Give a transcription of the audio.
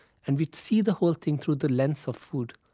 and we see the whole thing through the lens of food,